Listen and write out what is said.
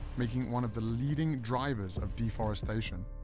making it one of the leading drivers of deforestation.